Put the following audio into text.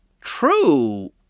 true